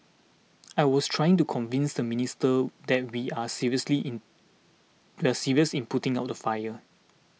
I was trying to convince the minister that we are seriously in we are serious in putting out the fire